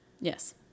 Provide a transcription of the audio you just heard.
Yes